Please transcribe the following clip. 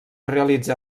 realitzar